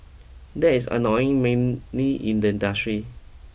that's annoying mainly in the industry